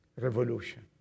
Revolution